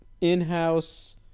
In-house